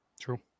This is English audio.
True